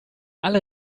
alle